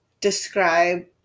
describe